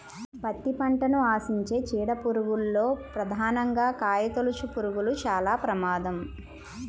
పత్తి పంటను ఆశించే చీడ పురుగుల్లో ప్రధానంగా కాయతొలుచుపురుగులు చాలా ప్రమాదం